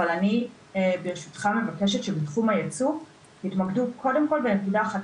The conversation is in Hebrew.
אבל אני ברשותך מבקשת שבתחום הייצוא יתמקדו קודם כל בנקודה אחת